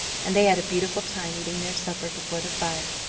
and they had a beautiful time eating their supper before the fire,